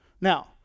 Now